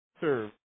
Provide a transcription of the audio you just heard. serve